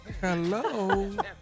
Hello